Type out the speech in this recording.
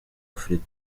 africa